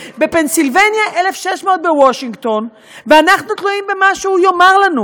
בפנסילבניה 1600 בוושינגטון ואנחנו תלויים במה שהוא יאמר לנו,